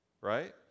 Right